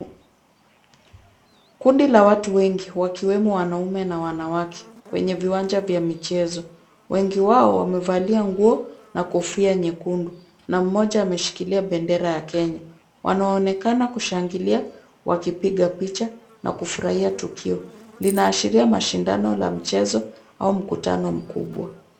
Kundi la watu wengi wakiwemo wanaume na wanawake kwenye viwanja vya michezo. Wengi wao wamevalia nguo na kofia nyekundu na mmoja ameshikilia bendera ya Kenya. Wanaonekana kushangilia wakipiga picha na kufurahia tukio. Linaashiria mashindano ya michezo au mkutano mkubwa.